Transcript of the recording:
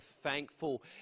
thankful